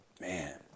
man